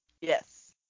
Yes